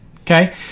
okay